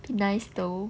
nice though